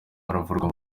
aravurwa